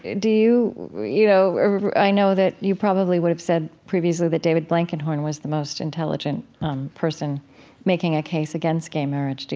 do you you know i know that you probably would have said previously that david blankenhorn was the most intelligent person making a case against gay marriage.